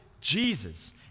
Jesus